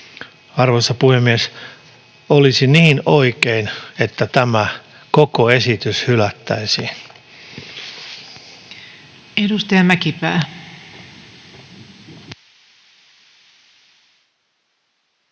Arvoisa puhemies! Olisi niin oikein, että tämä koko esitys hylättäisiin. [Speech 153]